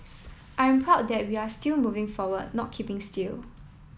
I'm proud that we are still moving forward not keeping still